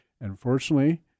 unfortunately